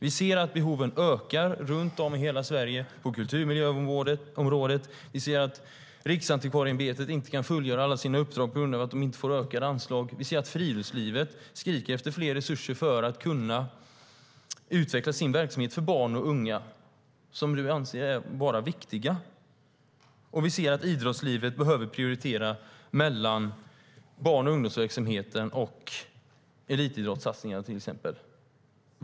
Vi ser att behoven på kulturmiljöområdet ökar i hela landet, vi ser att Riksantikvarieämbetet inte kan fullgöra alla sina uppdrag på grund av att de inte får ökade anslag och vi ser att friluftslivet skriker efter mer resurser för att kunna utveckla sin verksamhet för barn och unga, det som kulturministern anser vara viktigt. Och vi ser att idrottslivet behöver prioritera mellan barn och ungdomsverksamhet och exempelvis elitidrottssatsningar.